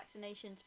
vaccinations